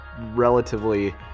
relatively